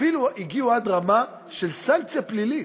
אפילו הגיעו עד רמה של סנקציה פלילית.